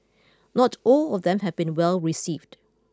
not all of them have been well received